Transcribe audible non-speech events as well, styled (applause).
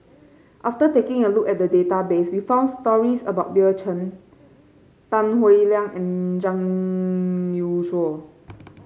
after taking a look at the database we found stories about Bill Chen Tan Howe Liang and Zhang Youshuo (noise)